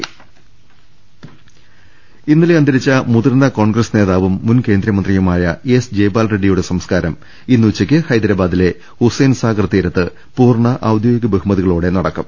രുട്ട്ട്ട്ട്ട്ട്ട്ട്ട്ട്ട ഇന്നലെ അന്തരിച്ച മുതിർന്ന കോൺഗ്രസ് നേതാവും മുൻ കേന്ദ്രമന്ത്രി യുമായ എസ് ജയ്പാൽ റെഡ്ഡിയുടെ സംസ്കാരം ഇന്ന് ഉച്ചക്ക് ഹൈദരാ ബാദിലെ ഹുസൈൻ സാഗർ തീരത്ത് പൂർണ ഔദ്യോഗിക ബഹുമതിക ളോടെ നടക്കും